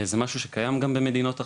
זה משהו שקיים גם במדינות אחרות,